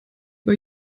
bei